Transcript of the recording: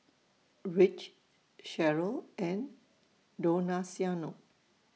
Rich Sheryll and Donaciano